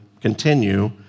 continue